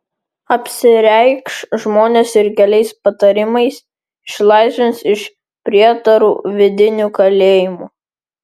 apsireikš žmonės ir keliais patarimais išlaisvins iš prietarų vidinių kalėjimų